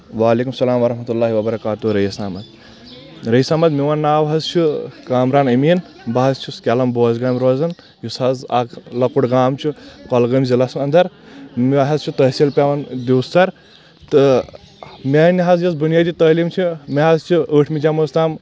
وعلیکم السلام ورحمتہ اللہ وبرکاتہ رعیس احمد رعیس احمد میون ناو حظ چھُ کامران امین بہٕ حظ چھس کیٚلم بوزگامہِ روزان یُس حظ اکھ لۄکُٹ گام چھُ گۄلہٕ گٲمۍ ضلعس انٛدر مےٚ حظ چھِ تحصیل پٮ۪وان دیوسر تہٕ میٲنۍ حظ یۄس بنیٲدی تعلیٖم چھِ مےٚ حظ چھُ ٲٹھمہِ جمٲژ تام